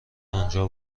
آنجا